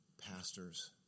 pastors